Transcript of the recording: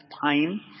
time